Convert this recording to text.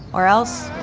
or else